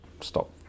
stop